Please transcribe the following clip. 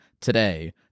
today